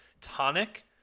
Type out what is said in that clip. tonic